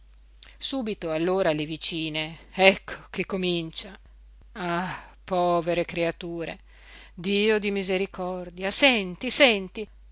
subito allora le vicine ecco che comincia ah povere creature dio di misericordia senti senti